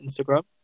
Instagram